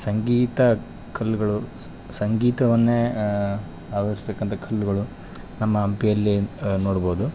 ಸಂಗೀತ ಕಲ್ಗಳು ಸಂಗೀತವನ್ನೇ ಆವರ್ಸಿಕ್ಕಂಥ ಕಲ್ಗಳು ನಮ್ಮ ಹಂಪಿಯಲ್ಲಿ ನೋಡ್ಬೌದು